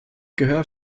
gehör